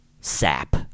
sap